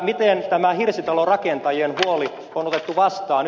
miten tämä hirsitalorakentajien huoli on otettu vastaan